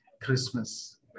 Christmas